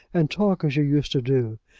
and talk as you used to do,